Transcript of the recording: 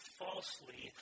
falsely